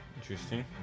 Interesting